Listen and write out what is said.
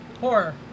horror